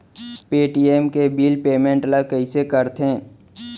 Paytm के bill payment ल कइसे करथे?